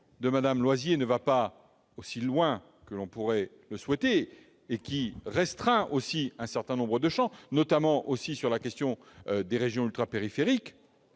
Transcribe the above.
de Mme Loisier ne va pas aussi loin que l'on pourrait le souhaiter, car il tend à restreindre un certain nombre de champs, notamment sur la question des régions ultrapériphériques,